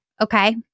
Okay